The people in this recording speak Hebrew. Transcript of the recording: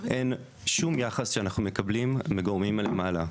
אין שום יחס שאנחנו מקבלים מגורמים מלמעלה.